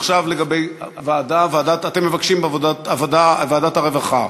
עכשיו, לגבי ועדה, אתם מבקשים: ועדת הרווחה.